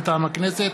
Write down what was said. מטעם הכנסת: